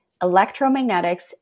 electromagnetics